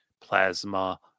plasma